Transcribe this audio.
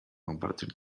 compartir